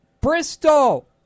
bristol